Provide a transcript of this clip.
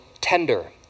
tender